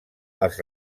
els